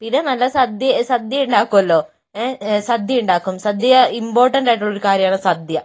പിന്നെ നല്ല സദ്യ സദ്യ ഉണ്ടാക്കുമല്ലോ എഹ് സദ്യ ഉണ്ടാക്കും സദ്യ ഇംപോർട്ടണ്ടായിട്ടുള്ളൊരു കാര്യമാണ് സദ്യ